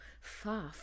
far